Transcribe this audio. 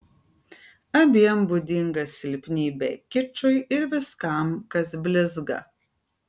abiem būdinga silpnybė kičui ir viskam kas blizga